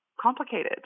complicated